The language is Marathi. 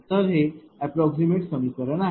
तर हे अप्राक्समैट समीकरण आहे